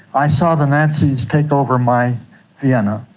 i saw the nazis take over my vienna,